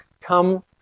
come